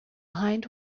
hind